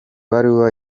baruwa